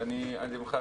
אני מגיע